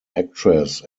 actress